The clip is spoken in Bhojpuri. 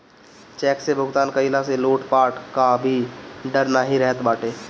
चेक से भुगतान कईला से लूटपाट कअ भी डर नाइ रहत बाटे